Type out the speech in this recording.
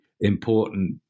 important